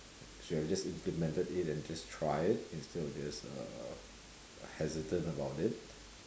should have just implemented it and just try it instead of just uh hesitant about it